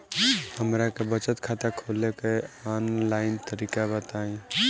हमरा के बचत खाता खोले के आन लाइन तरीका बताईं?